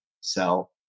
sell